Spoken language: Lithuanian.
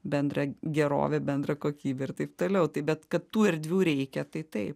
bendrą gerovę bendrą kokybę ir taip toliau tai bet kad tų erdvių reikia tai taip